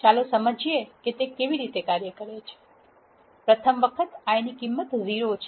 ચાલો સમજીએ કે તે કેવી રીતે કાર્ય કરે છે પ્રથમ વખત i ની કિંમત 0 છે